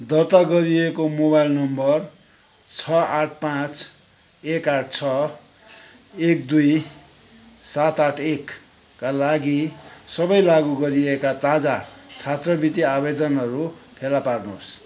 दर्ता गरिएको mobile number छ आठ पाँच एक आठ छ एक दुई सात आठ एक का लागि सबै लागु गरिएका ताजा छात्रवृति आवेदनहरू फेला पार्नुहोस्